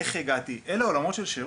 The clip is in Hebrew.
איך הגעתי אלה עולמות של שירות.